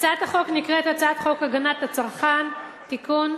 הצעת החוק נקראת הצעת חוק הגנת הצרכן (תיקון,